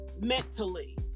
mentally